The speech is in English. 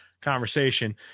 conversation